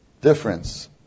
difference